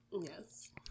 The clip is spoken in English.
Yes